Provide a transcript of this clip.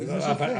מקום.